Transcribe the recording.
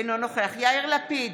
אינו נוכח יאיר לפיד,